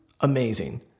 amazing